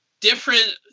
different